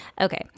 Okay